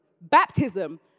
Baptism